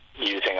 using